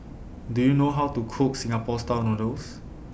Do YOU know How to Cook Singapore Style Noodles